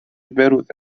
بهروز